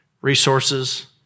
resources